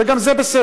וגם זה בסדר,